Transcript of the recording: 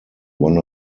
one